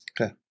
Okay